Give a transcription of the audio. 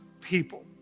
people